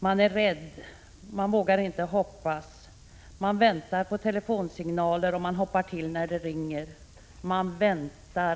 Man är rädd Man vågar inte hoppas Man väntar på telefonsignaler Man hoppar till när det ringer och väntar .